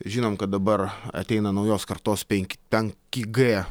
žinom kad dabar ateina naujos kartos penk penki g